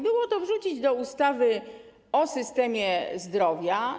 Było to wrzucić do ustawy o systemie zdrowia.